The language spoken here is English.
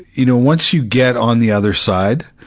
you know, once you get on the other side,